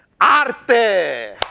Arte